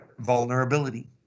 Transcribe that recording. vulnerability